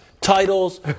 titles